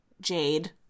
Jade